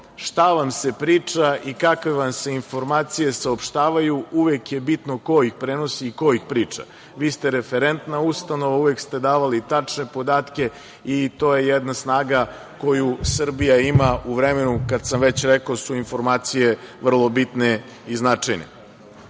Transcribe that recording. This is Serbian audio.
šta vam se priča i kakve vam se informacije saopštavaju uvek je bitno ko ih prenosi i ko ih priča. Vi ste referentna ustanova, uvek ste davali tačne podatke i to je jedna snaga koju Srbija ima u vremenu kada sam već rekao da su informacije vrlo bitne i